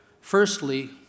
Firstly